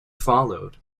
followed